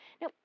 Now